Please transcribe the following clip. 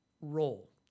role